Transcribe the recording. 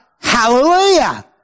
hallelujah